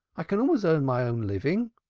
i can always earn my own living.